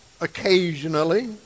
occasionally